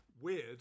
Weird